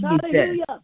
Hallelujah